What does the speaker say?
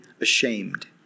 ashamed